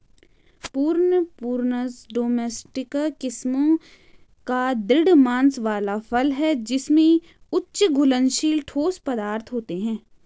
prune, Prunus domestica किस्मों का दृढ़ मांस वाला फल है जिसमें उच्च घुलनशील ठोस पदार्थ होते हैं